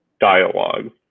dialogue